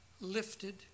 lifted